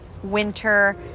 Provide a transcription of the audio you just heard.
winter